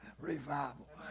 revival